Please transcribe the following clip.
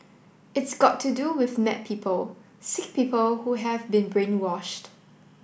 it's got to do with mad people sick people who have been brainwashed